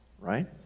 right